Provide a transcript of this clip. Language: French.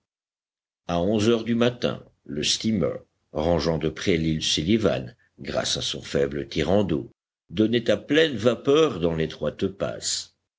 onze heures du matin le steamer rangeant de près l'île sullivan grâce à son faible tirant d'eau donnait à pleine vapeur dans l'étroite passe